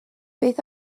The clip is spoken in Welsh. beth